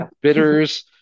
bitters